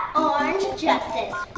orange justice!